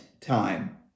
time